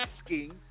asking